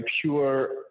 pure